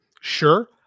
Sure